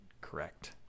correct